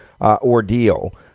ordeal